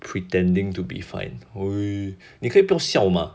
pretending to be fine !oi! 你可以不要笑吗